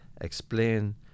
explain